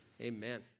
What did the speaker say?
amen